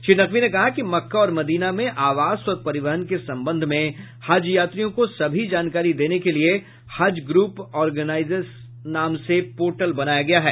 श्री नकवी ने कहा कि मक्का और मदीना में आवास और परिवहन के संबंध में हज यात्रियों को सभी जानकारी देने के लिए हज ग्रूप ऑर्गेनाइजर्स नाम से पोर्टल बनाया गया है